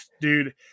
dude